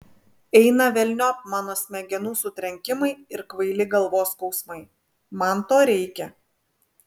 eina velniop mano smegenų sutrenkimai ir kvaili galvos skausmai man to reikia